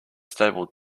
stable